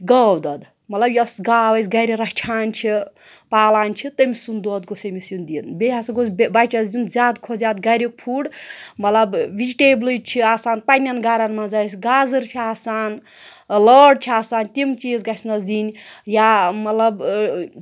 گاو دۄد مطلب یۄس گاو أسۍ گَرِ رَچھان چھِ پالان چھِ تٔمۍ سُنٛد دۄد گوٚژھ ییٚمِس یُن دِنہٕ بیٚیہِ ہَسا گوٚژھ بے بَچَس دیُن زیادٕ کھۄتہٕ زیادٕ گَریُک فُڈ مطلب وِجٹیبلِز چھِ آسان پنٛنٮ۪ن گَرن منٛز آسہِ گازٕر چھِ آسان لٲر چھِ آسان تِم چیٖز گژھِنَس دِنۍ یا مطلب